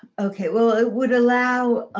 okay, well, it would allow